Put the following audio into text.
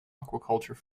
aquaculture